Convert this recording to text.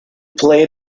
played